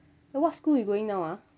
then what school you going now ah